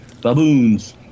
baboons